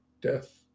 death